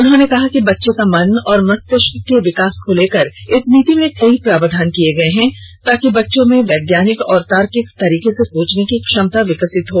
उन्होंने कहा कि बच्चे का मन और मस्तिष्क के विकास को लेकर इस नीति में कई प्रावधान किए गए हैं ताकि बच्चों में वैज्ञानिक और तार्किक तरीके से सोचने की क्षमता विकसित हो